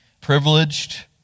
privileged